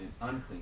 unclean